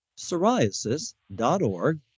psoriasis.org